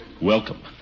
Welcome